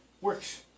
Works